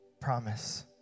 promise